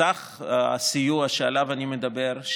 סך הסיוע שעליו אני מדבר,